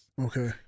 okay